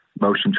motion